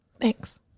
Thanks